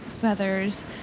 feathers